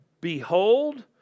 Behold